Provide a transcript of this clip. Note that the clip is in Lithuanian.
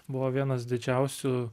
buvo vienas didžiausių